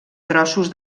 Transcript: trossos